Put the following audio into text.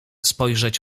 spojrzeć